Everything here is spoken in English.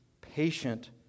patient